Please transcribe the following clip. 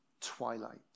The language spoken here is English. twilight